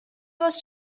was